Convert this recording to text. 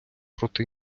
проти